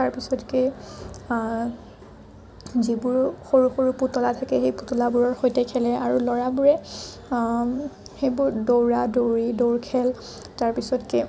তাৰ পিছতকে যিবোৰ সৰু সৰু পুতলা থাকে সেই পুতলাবোৰৰ সৈতে খেলে আৰু ল'ৰাবোৰে সেইবোৰ দৌৰা দৌৰি দৌৰ খেল তাৰ পিছতকে